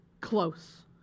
close